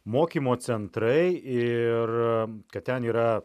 mokymo centrai ir kad ten yra